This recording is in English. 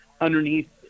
underneath